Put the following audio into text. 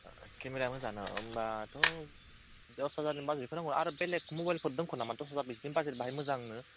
केमेराया मोजांआनो होनबाथ' दस हाजारनि बाजेटफोर नांगोन ओरो बेलेग मबाइलफोर दं नामा दस हाजारनि बिदि बाजेट बाहाय मोजांनो